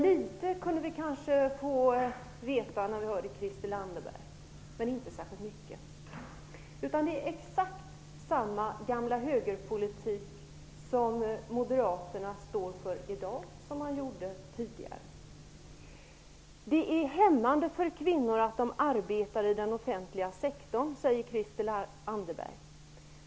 Litet fick vi kanske veta när vi lyssnade till Christel Anderberg, men inte särskilt mycket. Det är i stället exakt samma gamla högerpolitik som moderaterna står för i dag som de gjorde tidigare. Det är hämmande för kvinnor att de arbetar i den offentliga sektorn, säger Christel Anderberg.